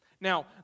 Now